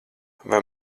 vai